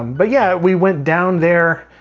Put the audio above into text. um but yeah, we went down there